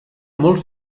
molt